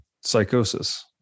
psychosis